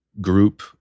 group